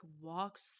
walks